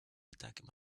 attaques